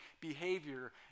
behavior